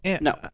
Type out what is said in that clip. No